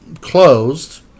Closed